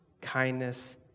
kindness